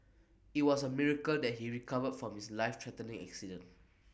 IT was A miracle that he recovered from his life threatening accident